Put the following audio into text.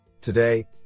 Today